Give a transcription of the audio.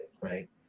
right